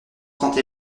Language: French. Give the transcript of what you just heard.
trente